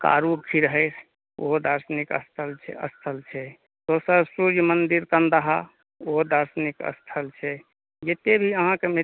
कारू खिरहइर ओहो दार्शनिक स्थल छै स्थल छै दोसर सूर्य मंदिर कन्दाहा ओहो दार्शनिक स्थल छै जते भी अहाँ के मिथिला